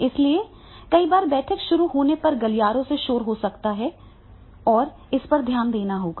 इसलिए कई बार बैठक शुरू होने पर गलियारों से शोर हो सकता है और इस पर ध्यान देना होगा